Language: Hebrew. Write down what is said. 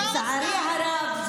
לצערי הרב,